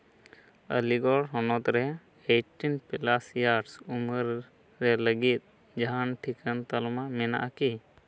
ᱟᱹᱞᱤᱜᱚᱲ ᱦᱚᱱᱚᱛ ᱨᱮ eighteen plus years ᱩᱢᱟᱹᱨ ᱨᱮ ᱞᱟᱹᱜᱤᱫ ᱡᱟᱦᱟᱱ ᱴᱤᱠᱟᱹᱱ ᱛᱟᱞᱢᱟ ᱢᱮᱱᱟᱜᱼᱟ ᱠᱤ